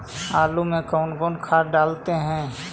आलू में कौन कौन खाद डालते हैं?